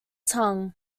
tongue